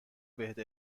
بهت